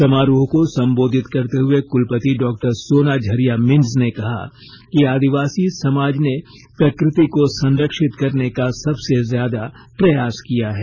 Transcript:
समारोह को संबोधित करते हुए कुलपति डॉ सोना झरिया मिंज ने कहा कि आदिवासी समाज ने प्रकृति को संरक्षित करने का सबसे ज्यादा प्रयास किया है